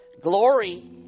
Glory